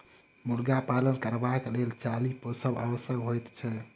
मुर्गा पालन करबाक लेल चाली पोसब आवश्यक होइत छै